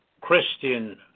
Christian